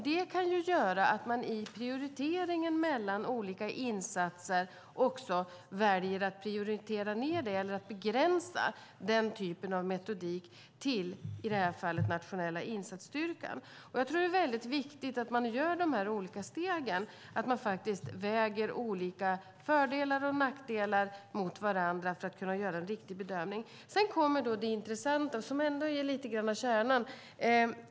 Det kan göra att man i prioriteringen mellan olika insatser väljer att prioritera ned det eller begränsa den typen av metodik till i det fallet Nationella insatsstyrkan. Det är väldigt viktigt att man följer de olika stegen och väger olika fördelar och nackdelar mot varandra för att kunna göra en riktig bedömning. Sedan kommer det intressanta som är lite grann av kärnan.